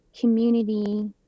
community